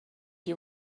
you